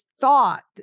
thought